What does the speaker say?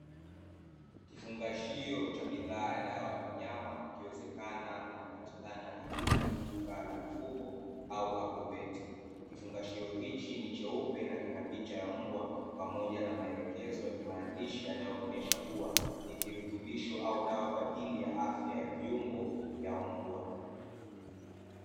Kifungashio cha bidhaa dawa ya wanyama, ikiwezekana inapatikana katika duka la mifugo au "agroveti". Kifungashio hichi ni cheupe na kina picha ya mbwa, pamoja na maelekezo ya kimaandishi yanayoonyesha kuwa ni kirutubisho au dawa kwa ajili ya afya ya viungo, ya mbwa.